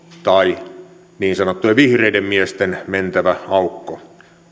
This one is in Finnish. tai niin sanottujen vihreiden miesten mentävä aukko